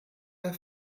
der